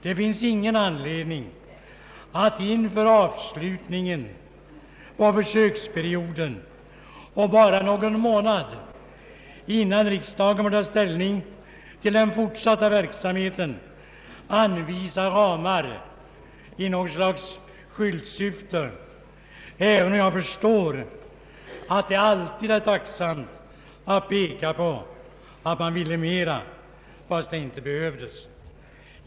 Det finns ingen anledning att inför avslutningen av försöksperioden och bara någon månad innan riksdagen får ta ställning till den fortsatta verksamheten anvisa ramar i något slags skyltsyfte, även om jag förstår att det alltid är tacksamt att peka på att man ville mera fastän det inte behövdes.